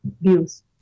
views